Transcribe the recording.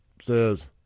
says